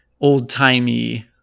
old-timey